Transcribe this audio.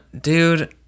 Dude